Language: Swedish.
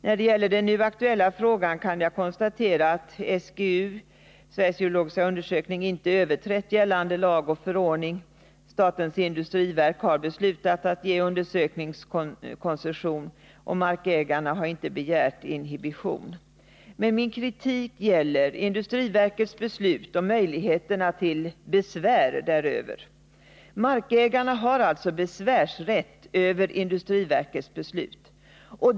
När det gäller den nu aktuella frågan kan jag konstatera att SGU — Sveriges geologiska undersökning — inte överträtt gällande lag och förordning. Statens industriverk har beslutat ge undersökningskoncession, och markägarna har inte begärt inhibition. Men min kritik gäller industriverkets beslut och möjligheterna till besvär däröver. Markägarna har alltså rätt till besvär över industriverkets beslut.